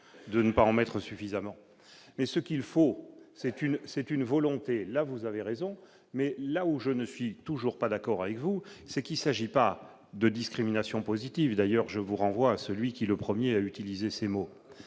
de ne pas en mettre suffisamment mais ce qu'il faut c'est une, c'est une volonté, là vous avez raison, mais là où je ne suis toujours pas d'accord avec vous, c'est qu'il s'agit pas de discrimination positive d'ailleurs, je vous renvoie à celui qui, le 1er a utilisé ces mots,